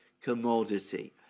commodity